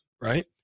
Right